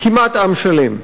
כמעט עם שלם.